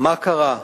מה קרה?